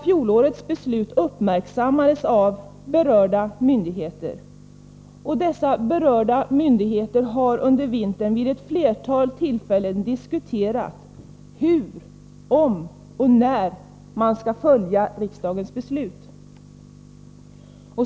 Fjolårets beslut uppmärksammades av ”berörda myndigheter”, och dessa har under vintern vid ett flertal tillfällen diskuterat hur, om och när man skall följa riksdagens beslut.